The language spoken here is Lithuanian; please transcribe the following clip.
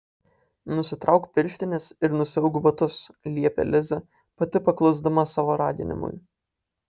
nusitrauk pirštines ir nusiauk batus liepė liza pati paklusdama savo raginimui